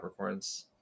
Capricorns